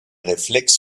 reflex